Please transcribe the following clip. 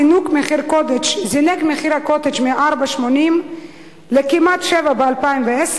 זינק מחיר ה"קוטג'" מ-4.80 שקלים לכמעט 7 שקלים ב-2010,